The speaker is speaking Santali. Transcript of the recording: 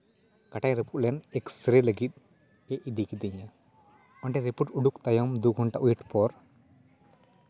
ᱠᱟᱴᱟᱧ ᱨᱟᱯᱩᱫ ᱞᱮᱱ ᱮᱠᱥᱨᱮ ᱞᱟᱹᱜᱤᱫ ᱤᱫᱤ ᱠᱤᱫᱤᱧᱟ ᱚᱸᱰᱮ ᱨᱤᱯᱳᱨᱴ ᱳᱰᱳᱜ ᱛᱟᱭᱚᱢ ᱫᱩ ᱜᱷᱚᱱᱴᱟ ᱚᱭᱮᱴ ᱯᱚᱨ